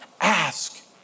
Ask